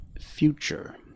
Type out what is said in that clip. future